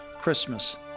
Christmas